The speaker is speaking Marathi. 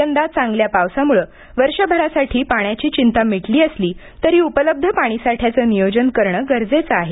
यंदा चांगल्या पावसामुळे वर्षभरासाठी पाण्याची चिंता मिटली असली तरी उपलब्ध पाणीसाठ्याचं नियोजन करणं गरजेचं आहे